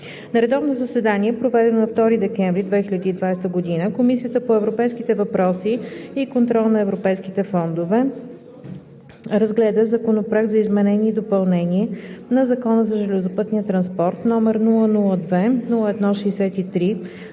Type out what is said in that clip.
На редовно заседание, проведено на 2 декември 2020 г., Комисията по европейските въпроси и контрол на европейските фондове разгледа Законопроект за изменение и допълнение на Закона за железопътния транспорт, № 002-01-63,